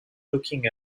looking